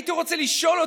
הייתי רוצה לשאול אותה: